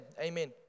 amen